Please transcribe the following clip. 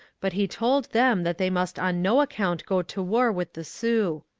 but he told them that they must on no account go to war with the sioux.